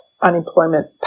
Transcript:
unemployment